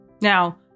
Now